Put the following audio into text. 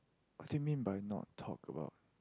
what do you mean by not talk about